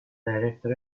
director